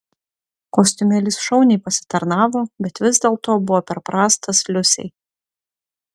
kostiumėlis šauniai pasitarnavo bet vis dėlto buvo per prastas liusei